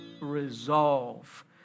resolve